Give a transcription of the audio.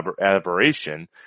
aberration